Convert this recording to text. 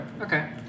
okay